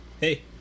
Hey